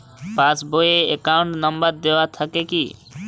Pass বই এ account number দেওয়া থাকে কি?